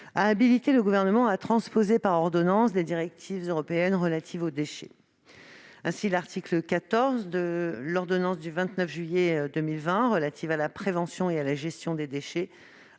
a habilité le Gouvernement à transposer par ordonnance des directives européennes relatives aux déchets. Ainsi, l'article 14 de l'ordonnance du 29 juillet 2020 relative à la prévention et à la gestion des déchets